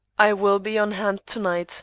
i will be on hand to-night.